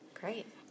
Great